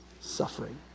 Suffering